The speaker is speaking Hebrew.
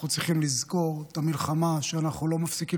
אנחנו צריכים לזכור את המלחמה שאנחנו לא מפסיקים